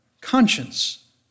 Conscience